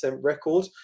record